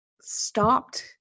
stopped